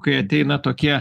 kai ateina tokie